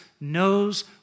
knows